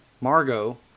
Margot